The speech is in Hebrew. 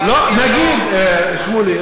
שמולי,